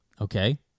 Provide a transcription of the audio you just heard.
Okay